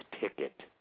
ticket